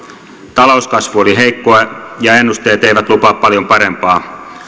talouskasvu oli heikkoa ja ennusteet eivät lupaa paljon parempaa